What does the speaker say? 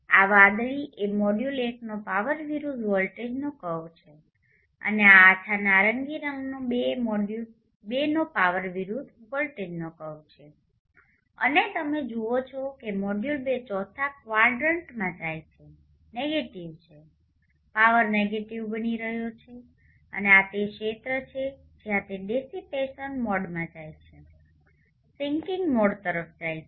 આ વાદળી એ મોડ્યુલ એકનો પાવર વિરુદ્ધ વોલ્ટેજનો કર્વ છે અને આ આછા નારંગી રંગનો એ મોડ્યુલ બેનો પાવર વિરુદ્ધ વોલ્ટેજનો કર્વ છે અને તમે જુઓ છો કે મોડ્યુલ બે ચોથા ક્વાડ્રંટમાં જાય છે નેગેટિવ છે પાવર નેગેટિવ બની રહયો છે અને આ તે ક્ષેત્ર છે જ્યાં તે ડિસિપેસન મોડમાં જાય છે સિંકિંગ મોડ તરફ છે